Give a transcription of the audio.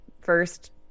first